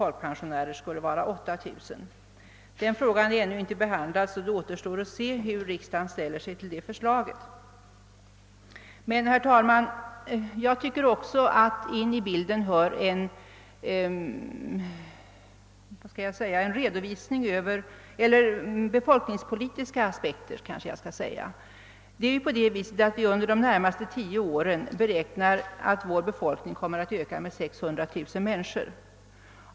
är folkpensionärer skulle. vara 8 000 kronor. Denna fråga är ännu inte behandlad, och det. återstår alltså att se hur riksdagen ställer sig till förslaget. Jag tycker emellertid, herr talman, att till bilden hör även en redovisning av de befolkningspolitiska aspekterna. Vår befolkning beräknas under de närmaste tio åren öka med 600 000.